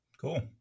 Cool